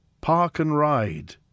Park-and-ride